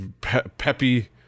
peppy